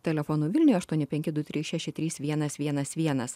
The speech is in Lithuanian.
telefonu vilniuje aštuoni penki du trys šeši trys vienas vienas vienas